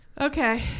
Okay